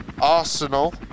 Arsenal